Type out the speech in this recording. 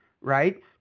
right